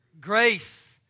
grace